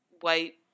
white